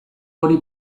hori